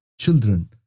children